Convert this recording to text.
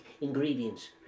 ingredients